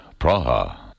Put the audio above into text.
Praha